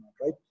right